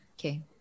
Okay